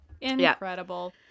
incredible